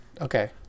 Okay